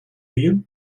you